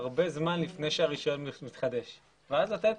הרבה זמן לפני שהרישיון מתחדש ואז לתת